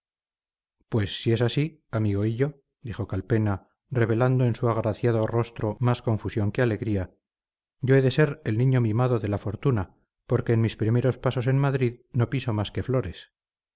pues si es así amigo hillo dijo calpena revelando en su agraciado rostro más confusión que alegría yo he de ser el niño mimado de la fortuna porque en mis primeros pasos en madrid no piso más que flores